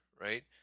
right